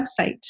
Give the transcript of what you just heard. website